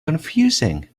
confusing